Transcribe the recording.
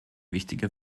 wichtige